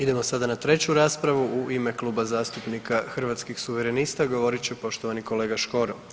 Idemo sad na treću raspravu u ime Kluba zastupnika Hrvatskih suverenista govorit će poštovani kolega Škoro.